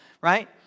right